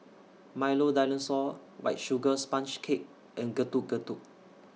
Milo Dinosaur White Sugar Sponge Cake and Getuk Getuk